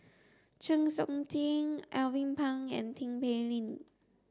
Chng Seok Tin Alvin Pang and Tin Pei Ling